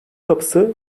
kapısı